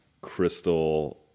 crystal